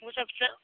ओ सबसँ